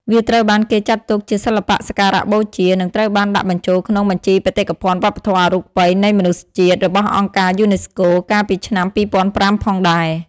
វាត្រូវបានគេចាត់ទុកជាសិល្បៈសក្ការៈបូជា និងត្រូវបានដាក់បញ្ចូលក្នុង បញ្ជីបេតិកភណ្ឌវប្បធម៌អរូបីនៃមនុស្សជាតិរបស់អង្គការយូណេស្កូកាលពីឆ្នាំ ២០០៥ ផងដែរ ។